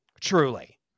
truly